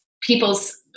people's